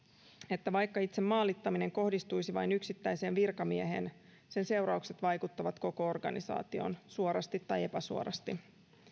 että vaikka itse maalittaminen kohdistuisi vain yksittäiseen virkamieheen sen seuraukset vaikuttavat koko organisaatioon suorasti tai epäsuorasti